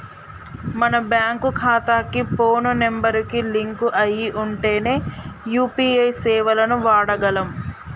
మన బ్యేంకు ఖాతాకి phone number కి లింక్ అయ్యి ఉంటేనే యూ.పీ.ఐ సేవలను వాడగలం